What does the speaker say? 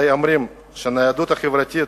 הרי אומרים שהניידות החברתית